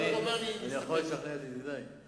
אני יכול לשכנע את ידידי?